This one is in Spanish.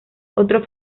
otro